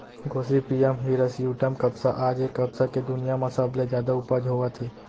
Gossypium hirsutum कपसा आज ए कपसा के दुनिया म सबले जादा उपज होवत हे